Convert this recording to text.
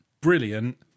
brilliant